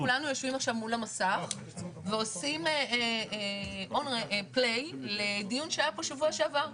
פשוט כולנו יושבים עכשיו מול המסך ועושים play לדיון שהיה פה שבוע שעבר.